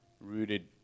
rooted